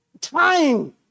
time